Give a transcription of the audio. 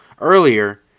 earlier